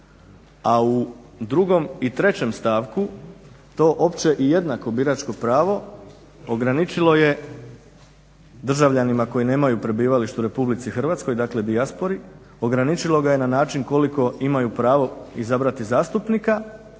a u drugom i trećem stavku to opće i jednako biračko pravo ograničeno je državljanima koji nemaju prebivalište u RH, dakle dijaspori, ograničilo ga je na način koliko imaju pravo izabrati zastupnika